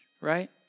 right